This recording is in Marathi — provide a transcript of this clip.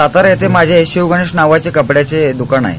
सातारा येथे माझे शिवगणेश नावाचे कपडयाचे दुकान आहे